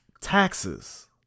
taxes